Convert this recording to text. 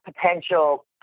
potential